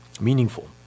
meaningful